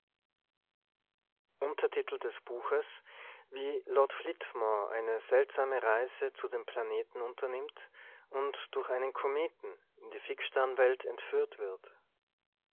title wunderwelten wie lord flitmore eine seltsame reise zu den planeten unternimmt und durch einen kometen in die fixsternwelt entführt wird